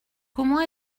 comment